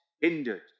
hindered